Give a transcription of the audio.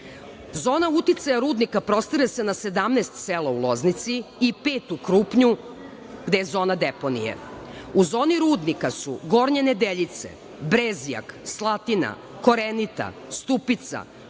uticaja rudnika prostire se na 17 sela u Loznici i pet u Krupnju, gde je zona deponije. U zoni rudnika su Gornje Nedeljice, Brezjak, Slatina, Korenita, Stupica,